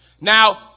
Now